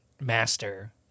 master